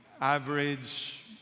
average